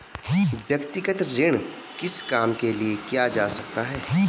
व्यक्तिगत ऋण किस काम के लिए किया जा सकता है?